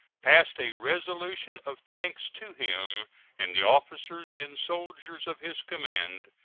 passed a resolution of thanks to him and the officers and soldiers of his command,